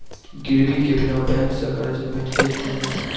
गिरवी के बिना बैंक सऽ कर्ज भेटतै की नै?